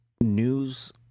news